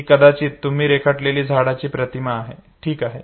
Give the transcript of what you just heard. ही कदाचित तुम्ही रेखाटलेली झाडाची प्रतिमा आहे ठीक आहे